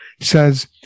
says